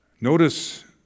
Notice